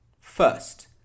First